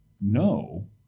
No